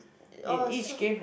oh so